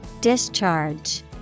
Discharge